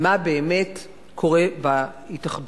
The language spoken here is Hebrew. מה באמת קורה בהתאחדות.